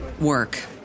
work